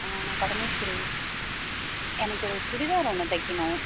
நான் பரமேஸ்வரி எனக்கு ஒரு சுடிதார் ஒன்று தைக்கணும்